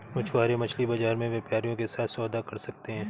मछुआरे मछली बाजार में व्यापारियों के साथ सौदा कर सकते हैं